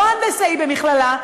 לא הנדסאי במכללה,